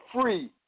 free